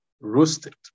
roasted